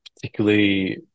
particularly